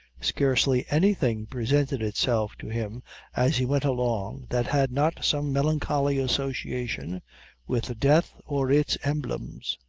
scarcely any thing presented itself to him as he went along that had not some melancholy association with death or its emblems.